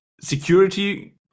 security